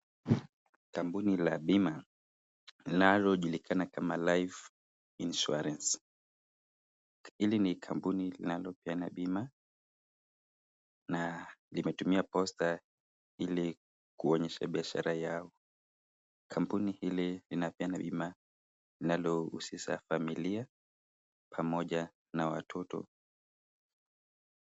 Kampuni la bima linalojulikana kama Life Insurance. Hili ni kampuni linalopeana bima na limetumia posta ili kuonyesha biashara yao. Kampuni hili linapeana bima linalohusisha familia, pamoja na watoto.